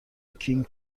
کینگ